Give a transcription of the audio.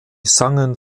sangen